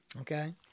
okay